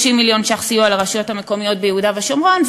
30 מיליון ש"ח סיוע לרשויות המקומיות ביהודה ושומרון,